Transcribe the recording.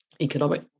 economic